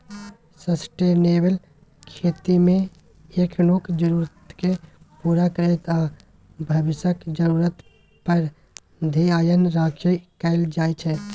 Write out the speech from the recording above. sustainable खेतीमे एखनुक जरुरतकेँ पुरा करैत आ भबिसक जरुरत पर धेआन राखि कएल जाइ छै